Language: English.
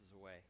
away